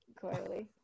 clearly